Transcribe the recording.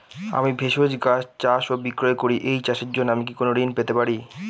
আমি ভেষজ গাছ চাষ ও বিক্রয় করি এই চাষের জন্য আমি কি কোন ঋণ পেতে পারি?